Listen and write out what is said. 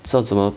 设什么